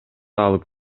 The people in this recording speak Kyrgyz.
алып